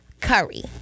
curry